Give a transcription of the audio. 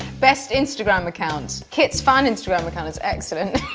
best instagram account kit's fan instagram account is excellent.